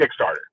Kickstarter